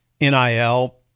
NIL